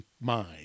mind